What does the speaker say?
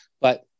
But-